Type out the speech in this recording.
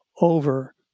over